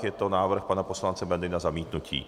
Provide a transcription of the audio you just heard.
Je to návrh pana poslance Bendy na zamítnutí.